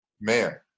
man